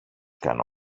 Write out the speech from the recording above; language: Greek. κάνω